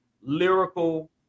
lyrical